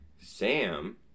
Sam